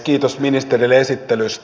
kiitos ministerille esittelystä